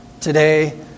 today